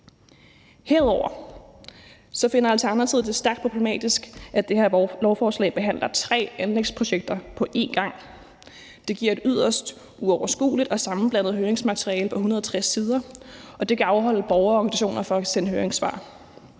Herudover finder Alternativet det stærkt problematisk, at det her lovforslag behandler tre anlægsprojekter på en gang. Det giver et yderst uoverskueligt og sammenblandet høringsmateriale på 160 sider, og det kan afholde borgere og organisationer fra at indsende høringssvar.